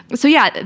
but so yeah,